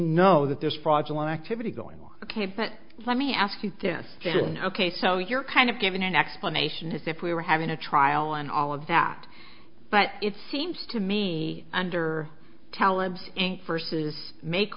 know that there's fraudulent activity going on ok but let me ask you this ok so you're kind of given an explanation as if we were having a trial and all of that but it seems to me under taleb versus make